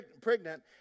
pregnant